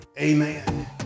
Amen